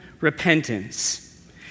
repentance